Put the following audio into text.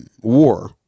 war